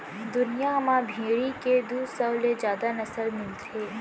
दुनिया म भेड़ी के दू सौ ले जादा नसल मिलथे